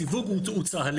הסיווג הוא צה"לי.